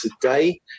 today